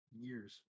years